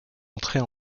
entrer